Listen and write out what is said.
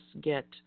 get